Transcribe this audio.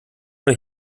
oder